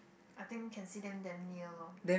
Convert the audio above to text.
I think can see them damn near lor